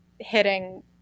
hitting